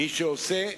מי שעושה,